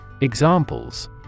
Examples